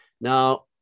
Now